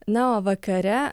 na o vakare